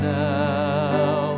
now